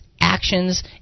actions